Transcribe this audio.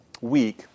week